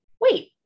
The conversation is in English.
wait